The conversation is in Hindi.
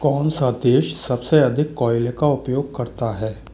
कौन सा देश सबसे अधिक कोयले का उपयोग करता है